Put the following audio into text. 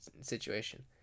situation